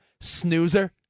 snoozer